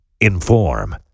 inform